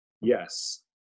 yes